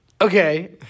Okay